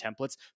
templates